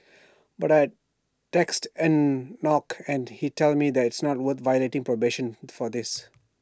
but I'd text Enoch and he'd tell me IT is not worth violating probation for this